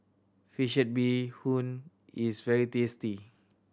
fish head bee hoon is very tasty